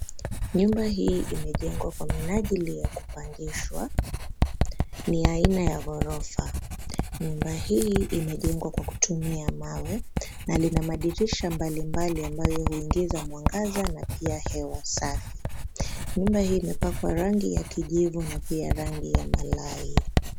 Nyumba hii imejengwa kwa minajili ya kupangishwa. Ni aina ya ghorofa. Nyumba hii, imejengwa kwa kutumia mawe, na lina madirisha mbalimbali ambayo huingiza mwangaza, na pia hewa safi. Nyumba hii imepakwa rangi ya kijivu na pia rangi ya malai.